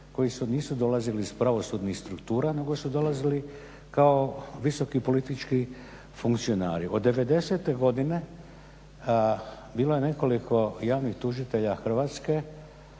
koji nisu dolazili iz pravosudnih struktura nego su dolazili kao visoki politički funkcionari. Od '90. godine bilo je nekoliko javnih tužitelja Hrvatske